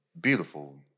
beautiful